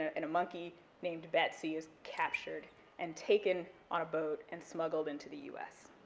and a monkey named betsey is captured and taken on a boat and smuggled into the us.